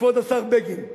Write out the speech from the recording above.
כבוד השר בגין,